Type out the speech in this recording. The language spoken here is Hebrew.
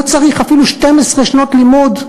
לא צריך אפילו 12 שנות לימוד,